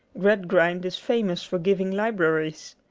gradgrind is famous for giving libraries.